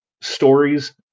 stories